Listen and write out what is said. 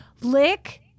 lick